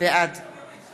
בעד